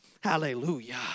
Hallelujah